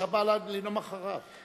אתה בא לנאום אחריו.